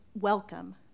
welcome